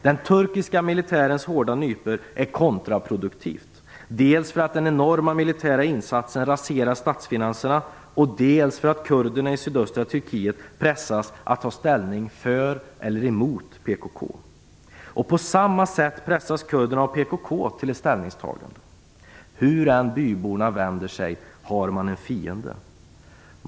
Den turkiska militärens hårda nypor är kontraproduktiva, dels för att den enorma militära insatsen raserar statsfinanserna, dels för att kurderna i sydöstra Turkiet pressas att ta ställning för eller emot PKK. På samma sätt pressas kurderna av PKK till ett ställningstagande. Hur än byborna vänder sig har de en fiende.